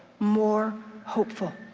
more hopeful,